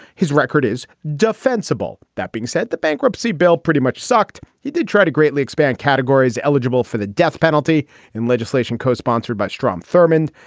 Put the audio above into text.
his record is defensible. that being said the bankruptcy bill pretty much sucked. he did try to greatly expand categories eligible for the death penalty in legislation co-sponsored by strom thurmond.